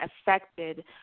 affected